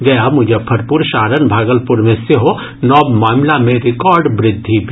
गया मुजफ्फरपुर सारण आ भागलपुर मे सेहो नव मामिला मे रिकार्ड वृद्धि भेल